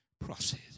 process